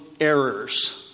errors